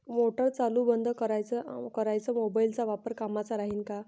Motor चालू बंद कराच मोबाईलचा वापर कामाचा राहीन का?